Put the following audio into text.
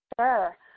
Sure